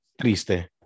Triste